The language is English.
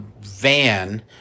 van